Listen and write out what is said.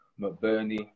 McBurney